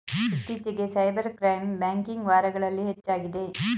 ಇತ್ತೀಚಿಗೆ cyber crime banking ವಾರಗಳಲ್ಲಿ ಹೆಚ್ಚಾಗಿದೆ